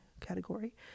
category